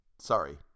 Sorry